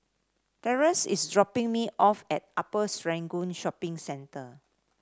Terrance is dropping me off at Upper Serangoon Shopping Centre